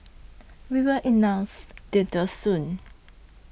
we will announce details soon